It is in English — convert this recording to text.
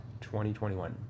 2021